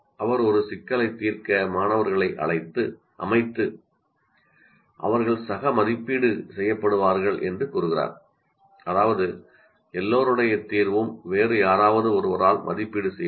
அவர் ஒரு சிக்கலைத் தீர்க்க மாணவர்களை அமைத்து அவர்கள் சக மதிப்பீடு செய்யப்படுவார்கள் என்று கூறுகிறார் அதாவது எல்லோருடைய தீர்வும் வேறு யாராவது ஒருவரால் மதிப்பீடு செய்யப்படும்